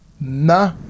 Nah